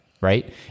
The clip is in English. Right